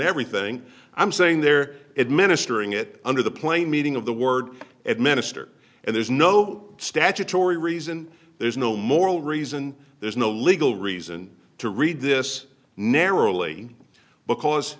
everything i'm saying they're administering it under the plain meaning of the word administer and there's no statutory reason there's no moral reason there's no legal reason to read this narrowly because